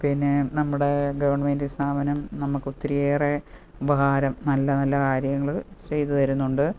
പിന്നെ നമ്മുടെ ഗവൺമേൻ്റ് സ്ഥാപനം നമുക്കൊത്തിരി ഏറെ ഉപകാരം നല്ല നല്ല കാര്യങ്ങൾ ചെയ്തു തരുന്നുണ്ട്